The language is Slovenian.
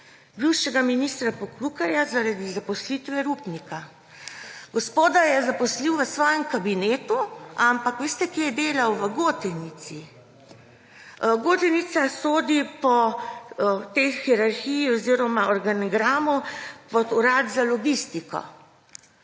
bivšega ministra Poklukarja zaradi zaposlitve Rupnika. Gospoda je zaposlil v svojem kabinetu. Ampak veste, kje je delal? V Gotenici. Gotenica sodi po tej hierarhiji oziroma organigramu pod Urad za logistiko,